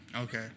Okay